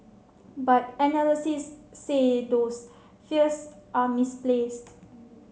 but analysts say those fears are misplaced